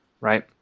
right